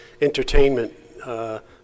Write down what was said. entertainment